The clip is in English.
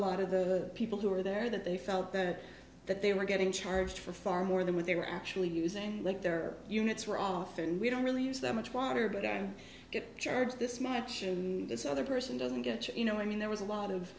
lot of the people who were there that they felt that that they were getting charged for far more than what they were actually using like their units were often we don't really use that much water but don't get charged this much this other person doesn't get you know i mean there was a lot of